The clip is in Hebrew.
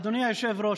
אדוני היושב-ראש,